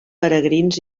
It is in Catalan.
peregrins